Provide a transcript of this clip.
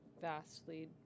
vastly